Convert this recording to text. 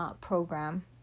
program